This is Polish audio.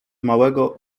małego